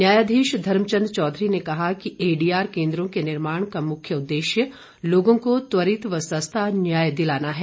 न्यायाधीश धर्मचंद चौधरी ने कहा कि एडीआर केन्दों के निर्माण का मुख्य उददेश्य लोगों को त्वरित व सस्ता न्याय दिलाना है